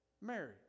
Mary